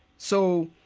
so,